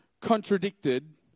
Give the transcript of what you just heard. contradicted